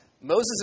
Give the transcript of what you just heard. Moses